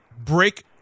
break